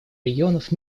регионов